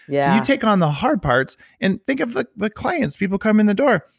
yeah you take on the hard parts and think of the the clients. people come in the door,